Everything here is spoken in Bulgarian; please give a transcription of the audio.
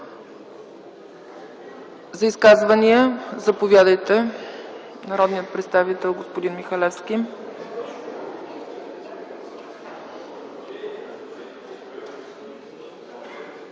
Изказвания? Заповядайте, народният представител, господин Михалевски.